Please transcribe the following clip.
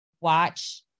watch